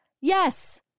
yes